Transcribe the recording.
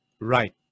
right